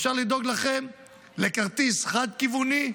אפשר לדאוג לכם לכרטיס חד-כיווני.